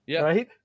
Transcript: right